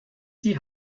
die